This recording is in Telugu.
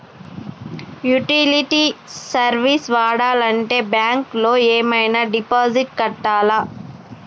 యుటిలిటీ సర్వీస్ వాడాలంటే బ్యాంక్ లో ఏమైనా డిపాజిట్ కట్టాలా?